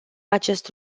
acest